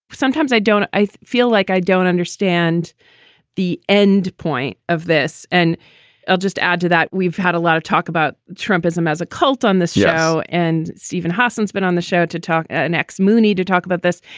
sometimes i don't feel like i don't understand the end point of this. and i'll just add to that. we've had a lot of talk about trumpism as a cult on this show and so even has since been on the show to talk about ah an ex, mooney to talk about this.